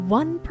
one